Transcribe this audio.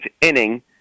inning